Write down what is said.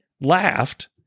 laughed